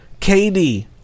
KD